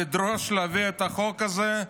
לדרוש להביא את החוק הזה,